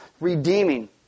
redeeming